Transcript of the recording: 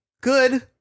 good